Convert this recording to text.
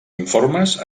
informes